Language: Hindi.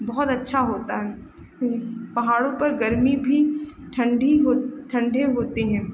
बहुत अच्छा होता है पहाड़ों पर गरमी भी ठण्डी हो ठण्डी होती है